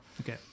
okay